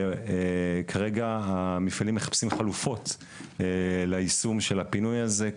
וכרגע המפעלים מחפשים חלופות ליישום של הפינוי הזה,